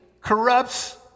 corrupts